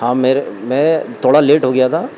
ہاں میرے میں تھوڑا لیٹ ہو گیا تھا